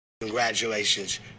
Congratulations